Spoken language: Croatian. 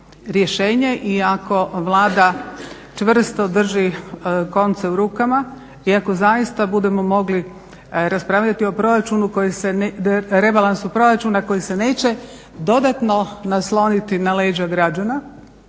rješenje i ako Vlada čvrsto drži konce u rukama i ako zaista budemo mogli raspravljati o rebalansu proračuna koji se neće dodatno nasloniti na leđa građana